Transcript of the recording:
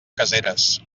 caseres